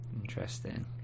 Interesting